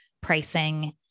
pricing